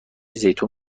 زیتون